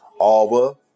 Alba